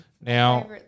Now